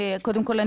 קודם כל,